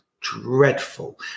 dreadful